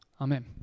Amen